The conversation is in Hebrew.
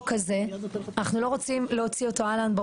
אנחנו רוצים לנעול היום את החקיקה כדי שתוכל להתקדם לקריאה ראשונה.